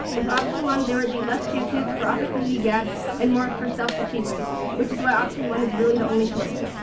with option one there would be less chances for opportunity gaps and more for self achievements which is what option one is really the only choice.